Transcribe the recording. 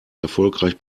erfolgreich